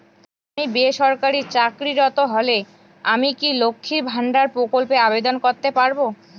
আমি বেসরকারি চাকরিরত হলে আমি কি লক্ষীর ভান্ডার প্রকল্পে আবেদন করতে পারব?